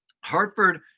Hartford